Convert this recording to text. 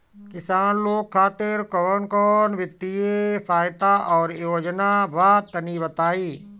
किसान लोग खातिर कवन कवन वित्तीय सहायता और योजना बा तनि बताई?